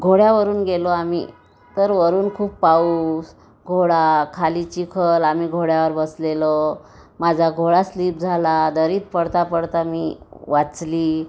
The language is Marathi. घोड्यावरून गेलो आम्ही तर वरून खूप पाऊस घोडा खाली चिखल आम्ही घोड्यावर बसलेलो माझा घोडा स्लीप झाला दरीत पडता पडता मी वाचली